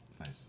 nice